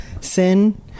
sin